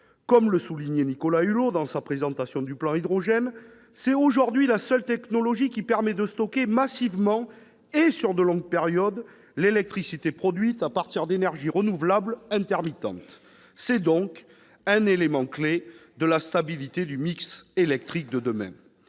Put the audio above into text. Comme le soulignait Nicolas Hulot dans sa présentation du plan hydrogène :« C'est aujourd'hui la seule technologie qui permette de stocker massivement et sur de longues périodes l'électricité produite à partir d'énergies renouvelables intermittentes. C'est donc un élément clé de la stabilité du mix électrique de demain.